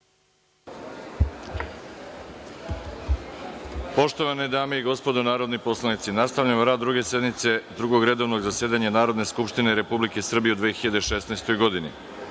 Poštovane dame i gospodo narodni poslanici, nastavljamo rad Druge sednice Drugog redovnog zasedanja Narodne skupštine Republike Srbije u 2016. godini. Na